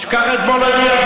כך אתמול הודיעו,